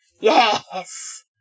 yes